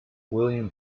william